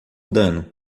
dano